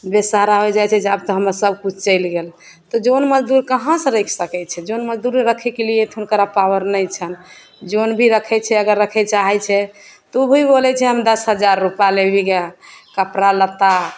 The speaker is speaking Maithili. बेसहारा हो जाइ छै जा आब तऽ हमरा सबकिछु चलि गेल तऽ जन मजदूर कहाँसे राखि सकै छै जन मजदूर रखैके लिए तऽ हुनका पावर नहि छनि जन भी रखै छै अगर रखैले चाहै छै तऽ ओ भी बोलै छै हम दस हजार रुपा लेब गऽ कपड़ा लत्ता